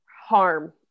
harm